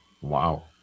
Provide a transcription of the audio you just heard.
Wow